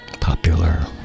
popular